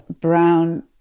brown